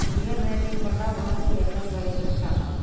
உயர் ரேட்டிங் கொண்ட உணவு எண்ணெய் வகைகளை காட்டவும்